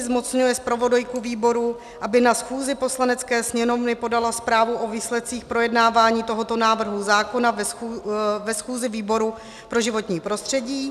Zmocňuje zpravodajku výboru, aby na schůzi Poslanecké sněmovny podala zprávu o výsledcích projednávání tohoto návrhu zákona ve schůzi výboru pro životní prostředí.